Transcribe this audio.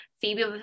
Phoebe